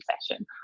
session